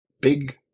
big